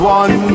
one